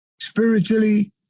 spiritually